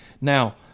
Now